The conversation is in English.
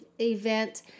event